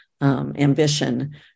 ambition